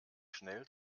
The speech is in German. schnell